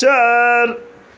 چار